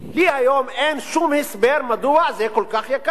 לי אין היום שום הסבר מדוע זה כל כך יקר.